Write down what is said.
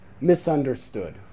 misunderstood